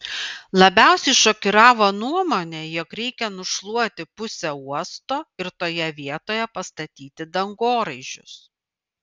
labiausiai šokiravo nuomonė jog reikia nušluoti pusę uosto ir toje vietoje pastatyti dangoraižius